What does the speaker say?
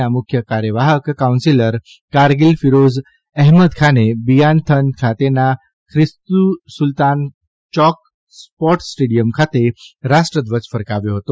ના મુખ્ય કાર્યવાહક કાઉન્સીલર કારગીલ ફિરોજ અહેમદ ખાને બિયામ થન ખાતેના ખ્રીસુલતાન ચોક સ્પોર્ટ સ્ટેડીયમ ખાતે રાષ્ટ્ર ધ્વજ ફરકાવ્યો હતો